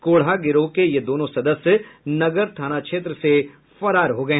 कोढ़ा गिरोह के ये दोनों सदस्य नगर थाना क्षेत्र से फरार हो गये